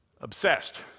Obsessed